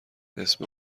اسم